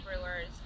brewers